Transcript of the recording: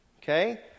Okay